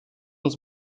uns